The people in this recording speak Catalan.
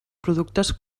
productes